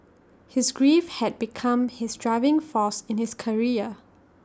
his grief had become his driving force in his career